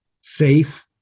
safe